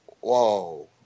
whoa